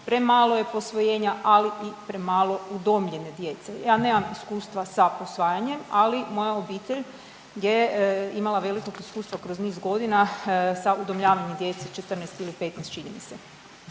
premalo je posvojenja, ali i premalo i udomljene djece. Ja nemam iskustva sa posvajanjem, ali moja obitelj je imala velikog iskustva kroz niz godina sa udomljavanjem djece, 14 ili 15, čini mi se.